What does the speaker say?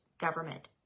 government